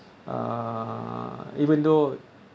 uh even though